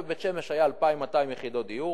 אגב, בבית-שמש היה 2,200 יחידות דיור,